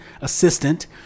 assistant